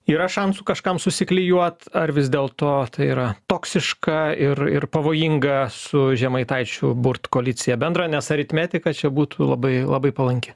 yra šansų kažkam susiklijuot ar vis dėlto tai yra toksiška ir ir pavojinga su žemaitaičiu burt koaliciją bendrą nes aritmetika čia būtų labai labai palanki